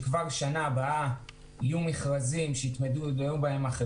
אם רוצים שכבר בשנה הבאה יהיו מכרזים בהם יתמודדו החברות,